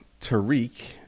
Tariq